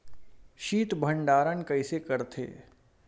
शीत भंडारण कइसे करथे?